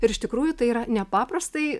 ir iš tikrųjų tai yra nepaprastai